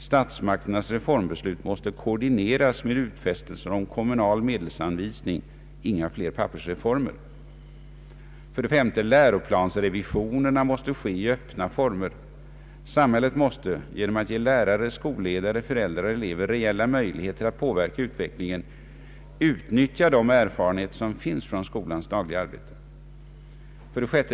Statsmakternas reformbeslut måste koordineras med utfästelser om kommunal medelsanvisning. Inga fler ”pappersreformer”! 5. Läroplansrevisionerna måste ske i öppna former. Samhället måste — genom att ge lärare, skolledare, föräldrar och elever reella möjligheter att påverka utvecklingen — utnyttja de erfarenheter som finns från skolans dagliga arbete. 6.